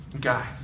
Guys